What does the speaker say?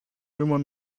jemand